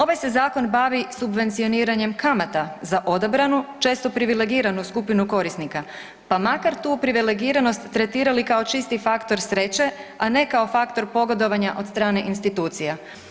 Ovaj se zakon bavi subvencioniranjem kamata za odabranu, često privilegiranu skupinu korisnika, pa makar tu privilegiranost tretirali kao čisti faktor sreće, a ne kao faktor pogodovanja od strane institucija.